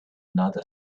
another